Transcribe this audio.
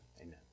Amen